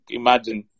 imagine